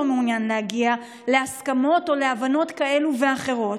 מעוניין להגיע להסכמות או להבנות כאלה ואחרות.